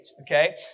Okay